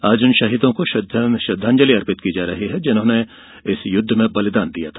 आज उन शहीदों को श्रद्धांजलि अर्पित की जा रही है जिन्होंने इस युद्ध में बलिदान दिया था